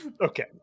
okay